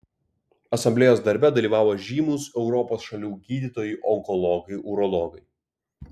asamblėjos darbe dalyvavo žymūs europos šalių gydytojai onkologai urologai